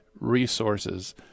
resources